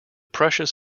precious